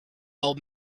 old